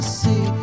see